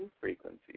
Frequency